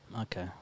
Okay